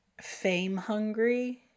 fame-hungry